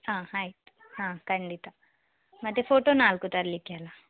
ಹಾಂ ಆಯಿತು ಹಾಂ ಖಂಡಿತ ಮತ್ತು ಫೋಟೋ ನಾಲ್ಕು ತರಲಿಕ್ಕೆ ಅಲ್ವಾ